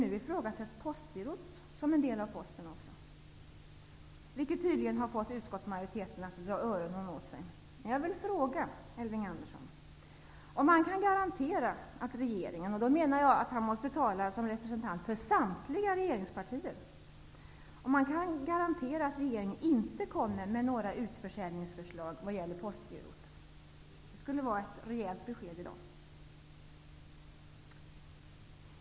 Nu ifrågasätts Postgirot också som en del av Posten, vilket tydligen har fått utskottsmajoriteten att dra öronen åt sig. Jag vill fråga Elving Andersson om han kan garantera att regeringen -- och då menar jag att han får tala som representant för samtliga regeringspartier -- inte kommer med några utförsäljningsförslag vad gäller Postgirot. Det skulle vara ett rejält besked.